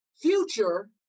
future